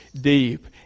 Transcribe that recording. deep